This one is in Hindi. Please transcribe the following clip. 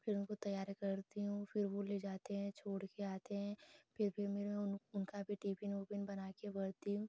फिर उनको तैयार करती हूँ फिर वह ले जाते हैं छोड़कर आते हैं फिर फिर उन उनका भी टिफ़िन उफ़िन बनाकर भरती हूँ